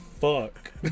fuck